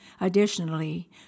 Additionally